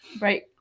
right